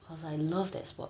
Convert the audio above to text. cause I love that sport